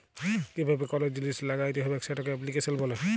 কিভাবে কল জিলিস ল্যাগ্যাইতে হবেক সেটকে এপ্লিক্যাশল ব্যলে